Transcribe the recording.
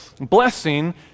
blessing